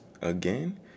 again